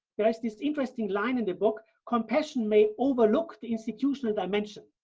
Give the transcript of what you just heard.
there's this interesting line in the book, compassion may overlook the institutional dimension.